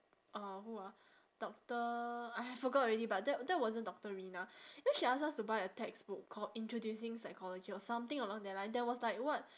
uh who ah doctor !aiya! forgot already but that that wasn't doctor rina then she ask us to buy a textbook called introducing psychology or something along that line that was like what